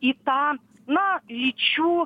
į tą na lyčių